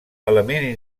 element